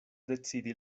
decidi